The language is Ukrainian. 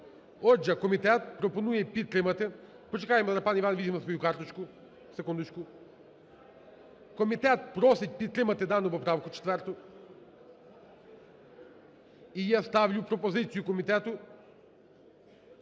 Отже, комітет пропонує підтримати. Почекаємо, пан Іван візьме свою карточку, секундочку. Комітет просить підтримати дану поправку 4-у. І я ставлю пропозицію комітету